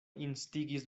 instigis